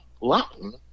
Latin